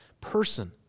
person